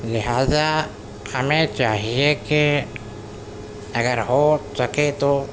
لہذا ہمیں چاہیے کہ اگر ہو سکے تو